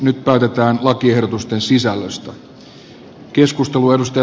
nyt päätetään lakiehdotuksen sisällöstä